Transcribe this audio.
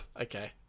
okay